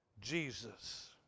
Jesus